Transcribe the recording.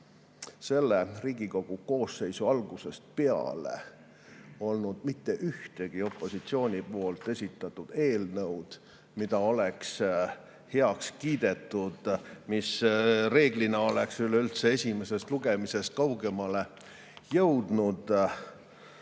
selle Riigikogu koosseisu algusest peale olnud mitte ühtegi opositsiooni esitatud eelnõu, mis oleks heaks kiidetud, mis oleks üleüldse esimesest lugemisest kaugemale jõudnud.